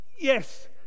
yes